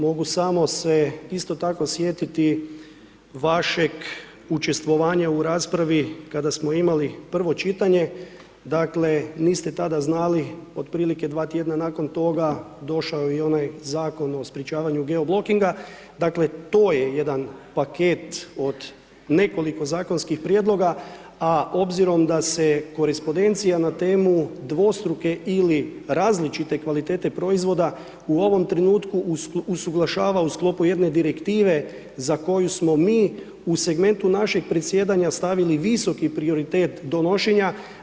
Mogu samo se isto tako sjetiti vašeg učestvovanja u raspravi kada smo imali prvo čitanje, dakle, niste tada znali, otprilike dva tjedna nakon toga, došao je i onaj Zakon o sprječavanju geoblokinga, dakle, to je jedan paket od nekoliko zakonskih prijedloga, a obzirom da se korespondencija na temu dvostruke ili različite kvalitete proizvoda u ovom trenutku usuglašava u sklopu jedne Direktive za koju smo mi u segmentu našeg presjedanja stavili visoki prioritet donošenja.